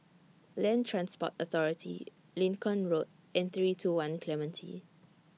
Land Transport Authority Lincoln Road and three two one Clementi